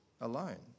alone